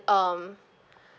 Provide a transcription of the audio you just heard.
um